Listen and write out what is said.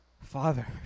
Father